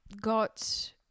got